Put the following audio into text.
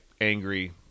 angry